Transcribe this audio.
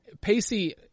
Pacey